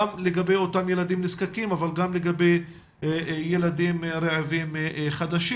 גם לגבי אותם ילדים נזקקים אבל גם לגבי ילדים רעבים חדשים.